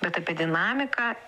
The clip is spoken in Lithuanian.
bet apie dinamiką